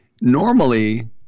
normally